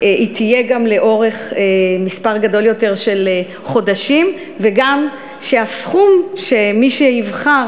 תהיה גם לאורך מספר גדול יותר של חודשים וגם שהסכום שמי שיבחר,